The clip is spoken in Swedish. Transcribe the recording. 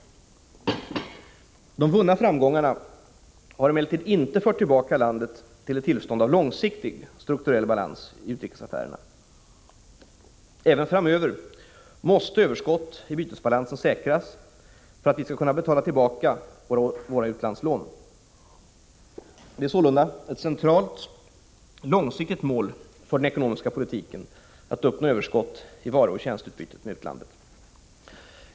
De vunna framgångarna har emellertid inte fört tillbaka landet till ett tillstånd av långsiktig, strukturell balans i utrikesaffärerna. Även framöver måste överskott i bytesbalansen säkras för att vi skall kunna betala tillbaka på våra utlandslån. Det är sålunda ett centralt, långsiktigt mål för den ekonomiska politiken att uppnå överskott i varuoch tjänsteutbytet med utlandet.